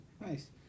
Nice